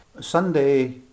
Sunday